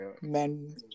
men